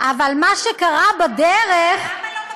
למה לא,